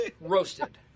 Roasted